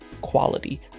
quality